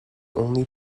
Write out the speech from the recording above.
only